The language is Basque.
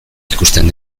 ikusten